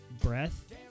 breath